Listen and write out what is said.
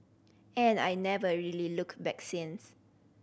and I never really looked back since